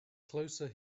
closer